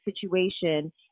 situation